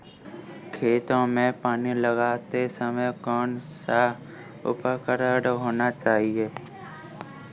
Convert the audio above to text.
खेतों में पानी लगाते समय कौन सा उपकरण होना चाहिए?